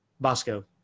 Bosco